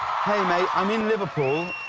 hey, mate, i'm in liverpool,